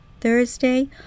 Thursday